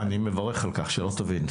אני מברך על כך, שלא תבין.